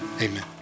amen